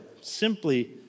Simply